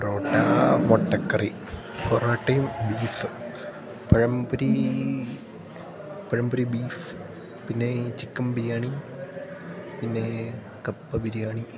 പൊറോട്ട മുട്ടക്കറി പൊറോട്ടയും beef pazhampori pazhampori beef പിന്നെ ചിക്കൻ ബിരിയാണി പിന്നെ കപ്പ ബിരിയാണി